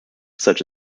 such